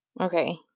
Okay